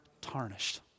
tarnished